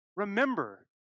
Remember